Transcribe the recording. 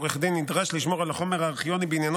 עורך דין נדרש לשמור על החומר הארכיוני בעניינו